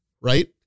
Right